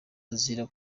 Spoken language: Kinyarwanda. azira